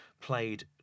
played